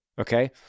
Okay